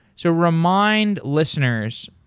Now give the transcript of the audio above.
so remind listeners,